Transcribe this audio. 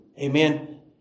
Amen